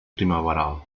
primaveral